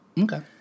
Okay